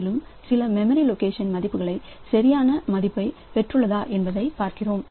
மேலும் சில memory location மதிப்புகள் சரியான மதிப்பைப் பெற்றுள்ளதா என்பதைப் பார்க்கிறோம்